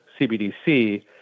CBDC